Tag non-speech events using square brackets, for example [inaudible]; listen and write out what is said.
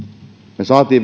me saimme [unintelligible]